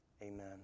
Amen